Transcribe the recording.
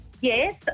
Yes